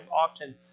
often